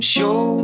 Show